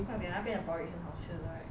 他们讲那边的 porridge 很好吃的 right